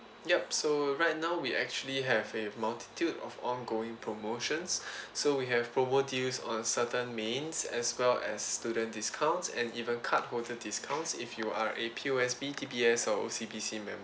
yup so right now we actually have a multitude of ongoing promotions so we have promo deals on certain mains as well as student discounts and even card holder discounts if you are a P_O_S_B D_B_S or O_C_B_C member